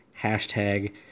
Hashtag